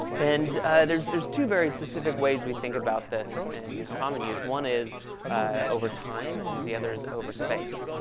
and there's there's two very specific ways we think about this in common use. one is over time, and the other is over space.